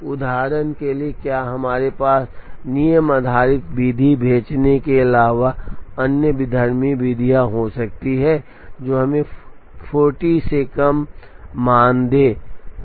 उदाहरण के लिए क्या हमारे पास नियम आधारित विधि भेजने के अलावा अन्य विधर्मी विधियां हो सकती हैं जो हमें 40 से कम मान दे सकती हैं